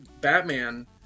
Batman